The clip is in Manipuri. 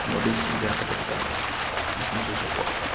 ꯅꯣꯔꯠ ꯏꯁ ꯏꯟꯗꯤꯌꯥ ꯈꯛꯇ ꯅꯠꯇꯅ ꯃꯐꯝꯁꯤꯁꯨ ꯑꯣꯏ